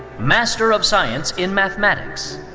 master of science in mathematics.